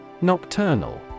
Nocturnal